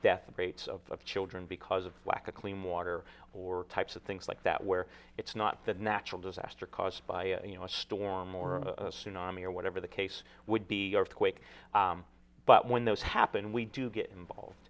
death rates of children because of lack of clean water or types of things like that where it's not the natural disaster caused by you know a storm or a tsunami or whatever the case would be quake but when those happen we do get involved